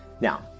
Now